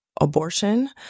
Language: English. abortion